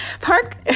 Park